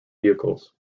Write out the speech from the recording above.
vehicles